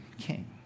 king